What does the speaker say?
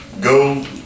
go